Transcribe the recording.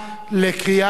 נתקבלה.